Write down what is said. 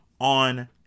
on